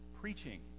preaching